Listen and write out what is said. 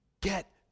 get